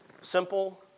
simple